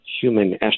human